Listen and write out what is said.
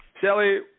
Shelly